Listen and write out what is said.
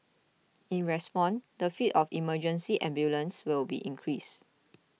in response the fleet of emergency ambulances will be increased